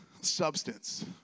Substance